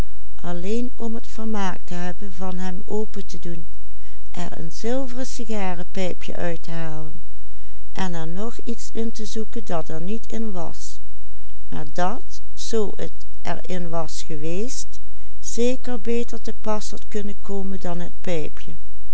open te doen er een zilveren sigarepijpje uit te halen en er nog iets in te zoeken dat er niet in was maar dat zoo t er in was geweest zeker beter te pas had kunnen komen dan het pijpje